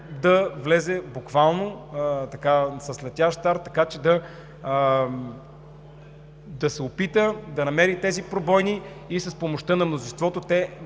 да влезе буквално с летящ старт, така че да опита да намери тези пробойни и с помощта на мнозинството